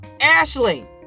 Ashley